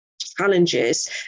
challenges